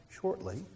shortly